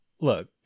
look